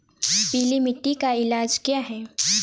पीली मिट्टी का इलाज क्या है?